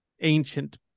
ancient